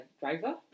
driver